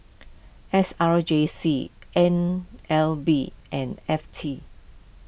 S R J C N L B and F T